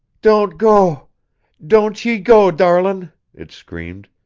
don't go don't ye go, darlin', it screamed.